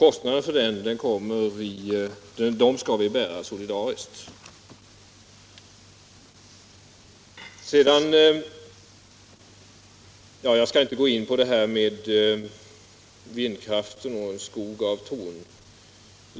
Kostnaderna för en sådan överenskommelse skall vi bära solidariskt. Jag skall inte gå in på vad som sagts om vindkraft och en skog av torn.